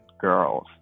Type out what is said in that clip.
girls